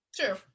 True